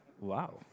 Wow